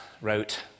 wrote